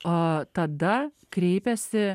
o tada kreipiasi